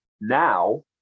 now